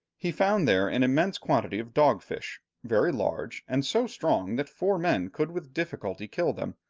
he found there an immense quantity of dog-fish, very large, and so strong that four men could with difficulty kill them,